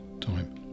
time